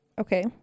Okay